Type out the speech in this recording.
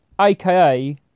aka